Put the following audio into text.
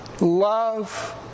love